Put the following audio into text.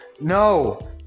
No